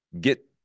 get